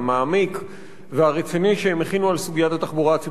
והרציני שהם הכינו על סוגיית התחבורה הציבורית בקרב האוכלוסייה הערבית.